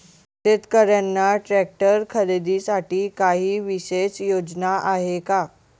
शेतकऱ्यांना ट्रॅक्टर खरीदीसाठी काही विशेष योजना आहे का?